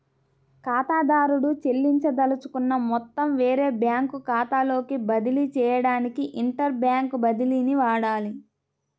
ఖాతాదారుడు చెల్లించదలుచుకున్న మొత్తం వేరే బ్యాంకు ఖాతాలోకి బదిలీ చేయడానికి ఇంటర్ బ్యాంక్ బదిలీని వాడాలి